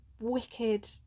wicked